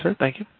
and thank you.